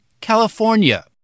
California